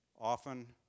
often